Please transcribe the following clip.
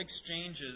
exchanges